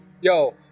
Yo